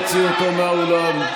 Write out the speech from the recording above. אין לך טיפת, נא להוציא אותו מהאולם מייד.